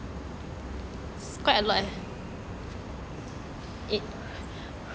quite a lot ya